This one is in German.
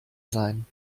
sein